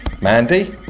Mandy